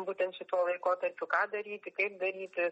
būtent šituo laikotarpiu ką daryti kaip daryti